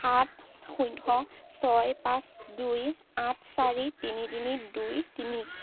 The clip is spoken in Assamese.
সাত শূন্য ছয় পাঁচ দুই আঠ চাৰি তিনি তিনি দুই তিনি